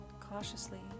Cautiously